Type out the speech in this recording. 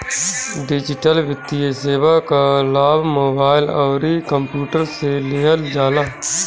digital वित्तीय सेवा कअ लाभ मोबाइल अउरी कंप्यूटर से लिहल जाला